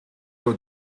руу